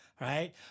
Right